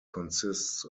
consists